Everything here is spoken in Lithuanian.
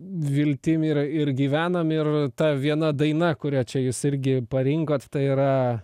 viltim yra ir gyvenam ir ta viena daina kurią čia jūs irgi parinkot tai yra